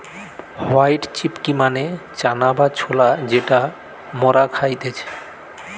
white chickpea মানে চানা বা ছোলা যেটা মরা খাইতেছে